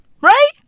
Right